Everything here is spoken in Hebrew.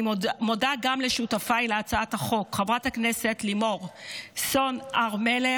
אני גם מודה לשותפיי להצעת החוק: לחברת הכנסת לימור סון הר מלך,